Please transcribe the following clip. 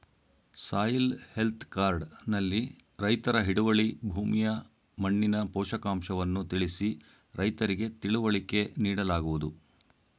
soil health card ನಲ್ಲಿ ರೈತರ ಹಿಡುವಳಿ ಭೂಮಿಯ ಮಣ್ಣಿನ ಪೋಷಕಾಂಶವನ್ನು ತಿಳಿಸಿ ರೈತರಿಗೆ ತಿಳುವಳಿಕೆ ನೀಡಲಾಗುವುದು